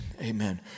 Amen